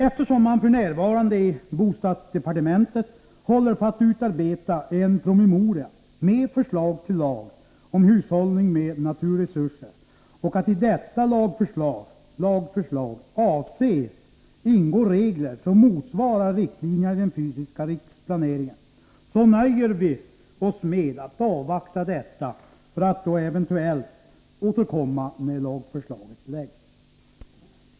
Eftersom man f.n. i bostadsdepartementet håller på att utarbeta en promemoria med förslag till lag om hushållning med naturresurser och att i detta lagförslag avses ingå regler som motsvarar riktlinjerna i den fysiska riksplaneringen, nöjer vi oss med att avvakta detta för att eventuellt återkomma när lagförslaget lagts.